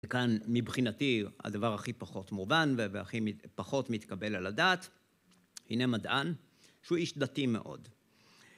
כאן מבחינתי הדבר הכי פחות מובן והכי פחות מתקבל על הדעת הנה מדען שהוא איש דתי מאוד